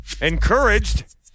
Encouraged